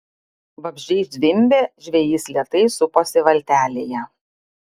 vabzdžiai zvimbė žvejys lėtai suposi valtelėje